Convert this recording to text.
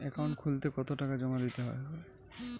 Account খুলতে কতো টাকা জমা দিতে হবে?